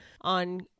on